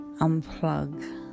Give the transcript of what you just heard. Unplug